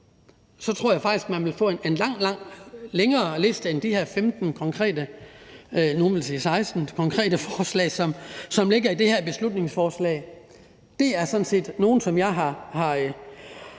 bedre, så vil få en lang, lang liste, også længere end de her 15, nogle vil sige 16 konkrete forslag, som ligger i det her beslutningsforslag. Det er sådan set nogle, som jeg har